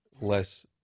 less